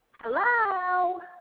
Hello